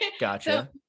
gotcha